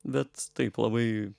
bet taip labai